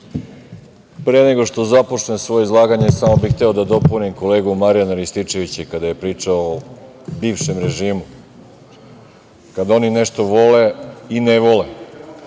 pre nego što započnem svoje izlaganje samo bih hteo da dopunim kolegu Marijana Rističevića kada je pričao o bivšem režimu, kada oni nešto vole i ne vole.